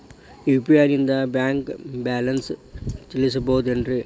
UPI ನಿಂದ bank balance ತಿಳಿಬಹುದೇನ್ರಿ?